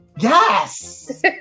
Yes